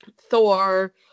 Thor